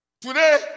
Today